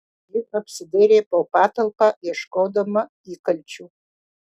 ji apsidairė po patalpą ieškodama įkalčių